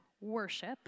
worship